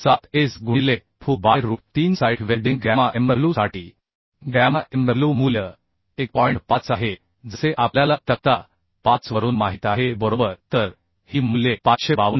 7 S गुणिले Fu by root 3 site welding gamma mw साठी gamma mw मूल्य 1 आहे 5 जसे आपल्याला तक्ता 5 वरून माहीत आहे बरोबर तर ही मूल्ये 552